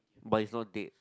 but it's not dead